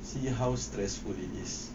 see how stressful it is